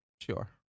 sure